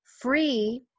Free